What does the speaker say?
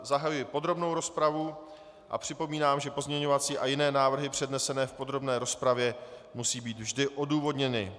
Zahajuji podrobnou rozpravu a připomínám, že pozměňovací a jiné návrhy přednesené v podrobné rozpravě musí být vždy odůvodněny.